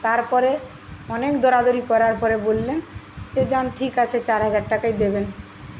তারপরে অনেক দরাদরি করার পরে বললেন যে যান ঠিক আছে চার হাজার টাকাই দেবেন